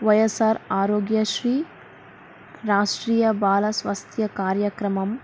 వైఎస్ఆర్ ఆరోగ్యశ్రీ రాష్ట్రీయ బాలస్వాస్థ్య కార్యక్రమం